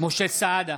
משה סעדה,